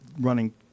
running